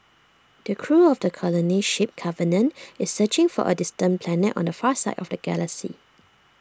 the crew of the colony ship covenant is searching for A distant planet on the far side of the galaxy